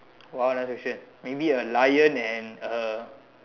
!wow! a nice fusion maybe a lion and a